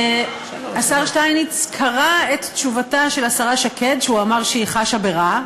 השר שטייניץ קרא את תשובתה של השרה שקד שהוא אמר שהיא חשה ברע.